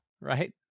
right